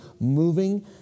moving